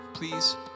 Please